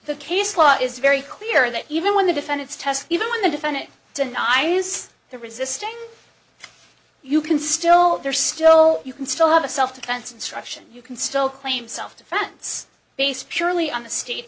the case law is very clear that even when the defendant's test even when the defendant didn't i used the resisting you can still they're still you can still have a self defense instruction you can still claim self defense based purely on